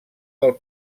del